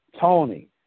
Tony